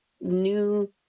new